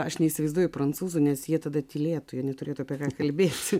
aš neįsivaizduoju prancūzų nes jie tada tylėtų ir neturėtų apie ką kalbėti